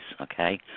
okay